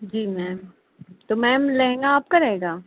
जी ma'am तो ma'am lehenga आपका रहेगा